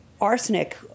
arsenic